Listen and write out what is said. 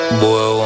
boy